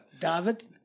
David